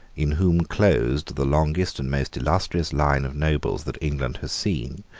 in whom closed the longest and most illustrious line of nobles that england has seen,